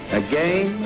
again